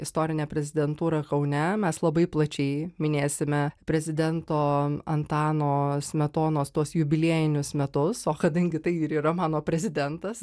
istorinė prezidentūra kaune mes labai plačiai minėsime prezidento antano smetonos tuos jubiliejinius metus o kadangi tai ir yra mano prezidentas